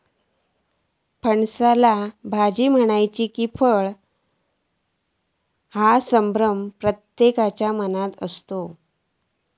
फणसाक भाजी म्हणायची कि फळ म्हणायचा ह्यो संभ्रम प्रत्येकाच्या मनात असता